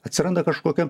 atsiranda kažkokia